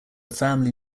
family